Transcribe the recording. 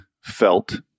felt